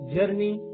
Journey